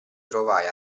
trovai